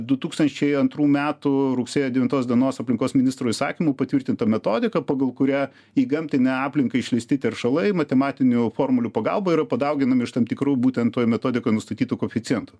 du tūkstančiai antrų metų rugsėjo devintos dienos aplinkos ministro įsakymu patvirtinta metodika pagal kurią į gamtinę aplinką išleisti teršalai matematinių formulių pagalba yra padauginami iš tam tikrų būtent toj metodikoj nustatytų koeficientų